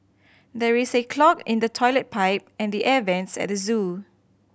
there is a clog in the toilet pipe and the air vents at the zoo